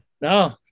no